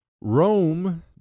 rome